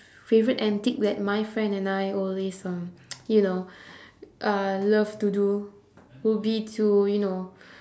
favourite antic that my friend and I always um you know uh love to do would be to you know